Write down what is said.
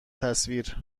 تصویر